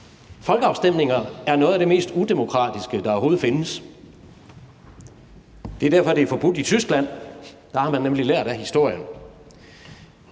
Folkeafstemninger er noget af det mest udemokratiske, der overhovedet findes – det er derfor, det er forbudt i Tyskland, for der har man nemlig lært af historien